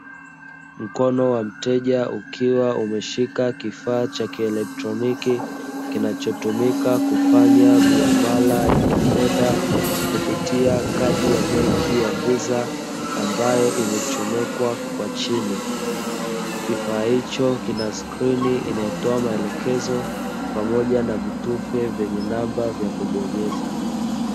Mkono wa mteja ukiwa umeshika kifaa cha kielektoniki kinachotumika kufanya miamala ya kifedha kupitia kadi ya benki ya visa ambayo imechomekwa kwa chini. Kifaa hicho kina skrini inayotoa maelekezo pamoja na vitufe vyenye namba za kubonyeza.